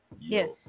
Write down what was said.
yes